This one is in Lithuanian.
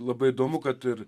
labai įdomu kad ir